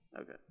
Okay